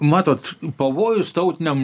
matot pavojus tautiniam